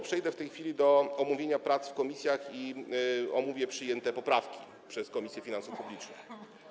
Przejdę w tej chwili do omówienia prac w komisjach i omówię poprawki przyjęte przez Komisję Finansów Publicznych.